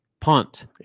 Punt